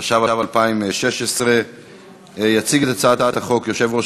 התשע"ו 2016. יציג את הצעת החוק יושב-ראש